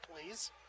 please